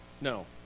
No